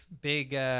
Big